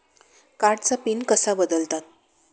कार्डचा पिन कसा बदलतात?